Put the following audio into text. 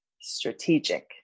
strategic